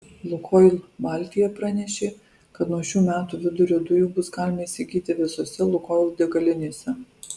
lukoil baltija pranešė kad nuo šių metų vidurio dujų bus galima įsigyti visose lukoil degalinėse